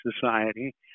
Society